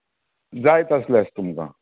जाय तसलें आस तुमका